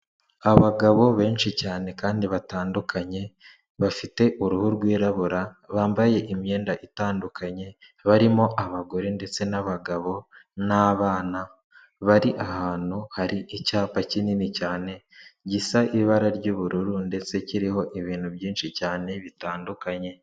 Abagabo benshi cyane kandi batandukanye, bafite uruhu rwirabura, bambaye imyenda itandukanye barimo abagore ndetse n'abagabo n'abana, bari ahantu hari icyapa kinini cyane gisa ibara ry'ubururu ndetse kiriho ibintu byinshi cyane bitandukanye.